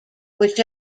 which